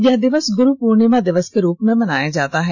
यह दिवस गुरु पुर्णिमा दिवस के रूप में मनाया जाता है